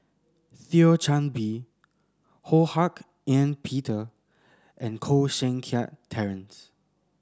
Thio Chan Bee Ho Hak Ean Peter and Koh Seng Kiat Terence